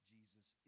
Jesus